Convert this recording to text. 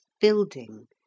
building